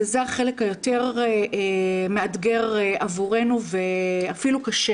וזה החלק היותר מאתגר עבורנו ואפילו קשה,